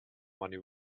money